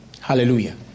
hallelujah